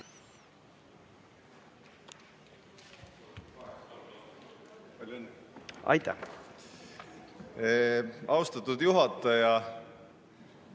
Aitäh,